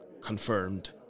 confirmed